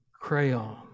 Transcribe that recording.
crayon